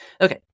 Okay